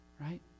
Right